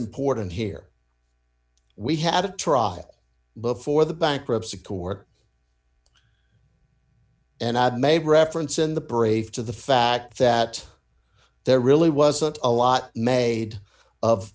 important here we had a trial before the bankruptcy court and i'd made reference in the brave to the fact that there really wasn't a lot made of